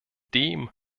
dem